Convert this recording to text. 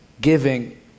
giving